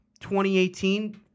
2018